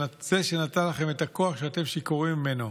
זה שנתן לכם את הכוח שאתם שיכורים ממנו.